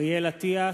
אריאל אטיאס,